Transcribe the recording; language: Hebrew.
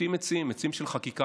נוטעים עצים, עצים של חקיקה.